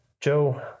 Joe